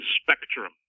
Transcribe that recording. spectrum